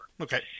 Okay